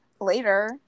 later